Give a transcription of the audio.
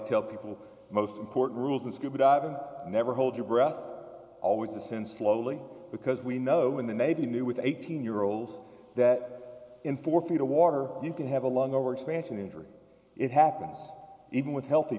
tell people most important rules of scuba diving never hold your breath always ascend slowly because we know when the navy knew with eighteen year olds that in four feet of water you can have a long over expansion injury it happens even with healthy